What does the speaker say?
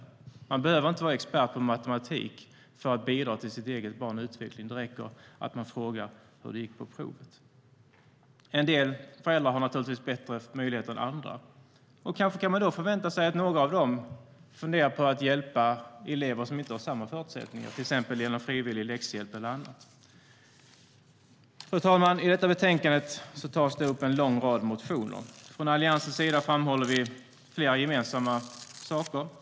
De behöver inte behöver inte vara experter på matematik för att bidra till sitt eget barns utveckling. Det räcker att de frågar hur det gick på provet. En del föräldrar har naturligtvis bättre möjligheter än andra. Kanske kan man då förvänta sig att några av dem funderar på att hjälpa elever som inte har samma förutsättningar till exempel genom frivillig läxhjälp eller annat. Fru talman! I detta betänkande tas en lång rad motioner upp. Från Alliansens sida framhåller vi flera gemensamma saker.